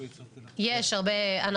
יש עלויות עודפות.